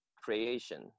creation